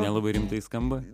nelabai rimtai skamba